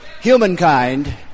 humankind